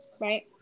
Right